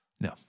No